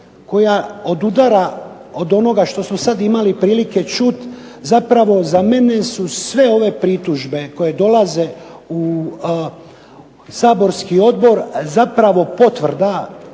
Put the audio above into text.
koja odudara od onoga što smo sada imali prilike čuti, zapravo za mene su sve ove pritužbe koje dolaze u saborski Odbor zapravo potvrda